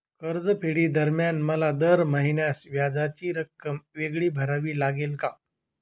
कर्जफेडीदरम्यान मला दर महिन्यास व्याजाची रक्कम वेगळी भरावी लागेल का?